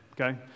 okay